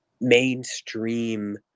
mainstream